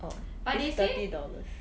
oh it's thirty dollars